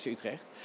Utrecht